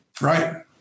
Right